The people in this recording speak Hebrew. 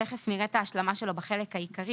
שתיכף נראה את ההשלמה שלו בחלק העיקרי,